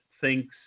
thinks